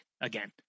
again